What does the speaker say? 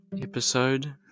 episode